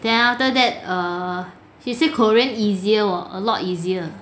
then after err he say korean easier a lot easier